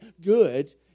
good